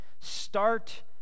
Start